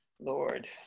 Lord